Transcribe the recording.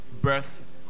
birth